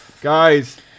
guys